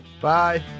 Bye